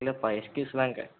இல்லைப்பா எக்ஸ்கியூஸ்லாம் கெ